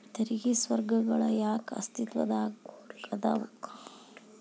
ತೆರಿಗೆ ಸ್ವರ್ಗಗಳ ಯಾಕ ಅಸ್ತಿತ್ವದಾಗದವ